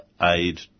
aid